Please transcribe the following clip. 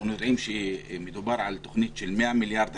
אנחנו יודעים שדובר על תוכנית של 100 מיליארד,